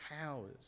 powers